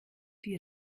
die